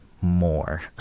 more